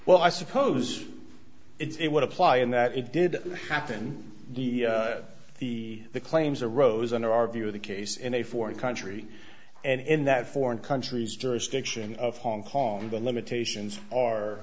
well i suppose it would apply in that it did happen the the the claims or rosen argue the case in a foreign country and in that foreign countries jurisdiction of hong kong the limitations are